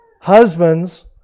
Husbands